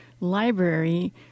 Library